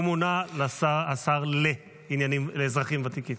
הוא מונה לשר לאזרחים ותיקים.